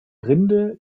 rinde